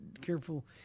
careful